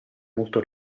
molto